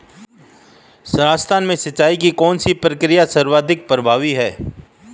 राजस्थान में सिंचाई की कौनसी प्रक्रिया सर्वाधिक प्रभावी है?